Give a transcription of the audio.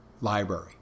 library